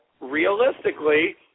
realistically